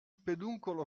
peduncolo